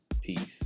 peace